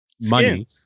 money